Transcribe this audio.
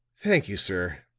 thank you, sir,